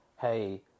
hey